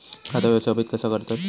खाता व्यवस्थापित कसा करतत?